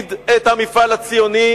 להשמיד את המפעל הציוני,